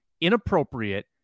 Inappropriate